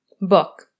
book